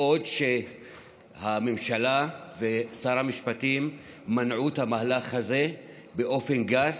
בעוד הממשלה ושר המשפטים מנעו את המהלך הזה באופן גס